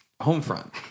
Homefront